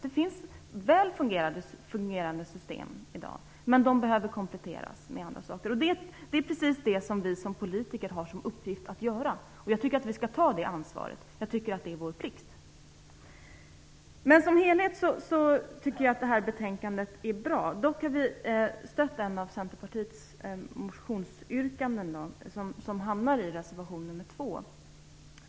Det finns väl fungerande system i dag, men de behöver kompletteras med andra saker. Det är precis det som vi som politiker har till uppgift att göra. Jag tycker att vi skall ta det ansvaret. Jag tycker att det är vår plikt. Som helhet tycker jag att det här betänkandet är bra. Vi har dock stött ett av Centerpartiets motionsyrkanden som hamnar i reservation nr 2.